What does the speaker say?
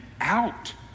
out